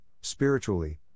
spiritually